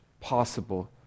possible